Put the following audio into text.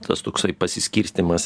tas toksai pasiskirstymas